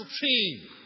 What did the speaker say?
team